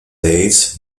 dates